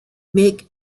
make